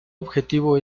objetivo